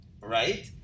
right